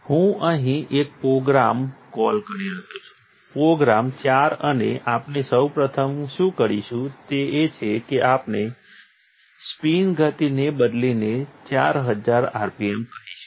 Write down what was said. હું અહીં એક પ્રોગ્રામ કોલ કરી રહ્યો છું પ્રોગ્રામ ચાર અને આપણે સૌ પ્રથમ શું કરીશું તે એ છે કે આપણે સ્પિન ગતિને બદલીને 4000 RPM કહીશું